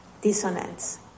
dissonance